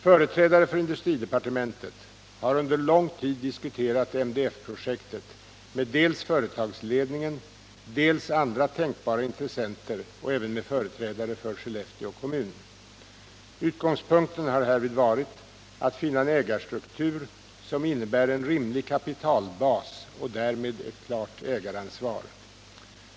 Företrädare för industridepartementet har under lång tid diskuterat MDF projektet med dels företagsledningen, dels andra tänkbara intressenter och även med företrädare för Skellefteå kommun. Utgångspunkten har härvid varit att finna en ägarstruktur som innebär en rimlig kapitalbas och därmed ett klart ägaransvar.